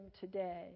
today